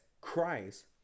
Christ